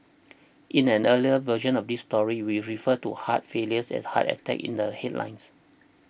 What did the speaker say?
in an earlier version of this story we referred to heart failure as heart attack in the headline